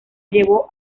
llevó